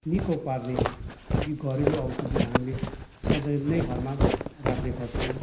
निको पार्ने यी घरेलु औषधीहरू हामीले सधैँ नै घरमा राख्नेगर्छौँ